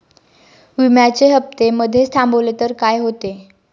विम्याचे हफ्ते मधेच थांबवले तर काय होते?